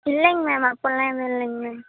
இல்லைங்க மேம் அப்பிட்லாம் ஏதும் இல்லைங்க மேம்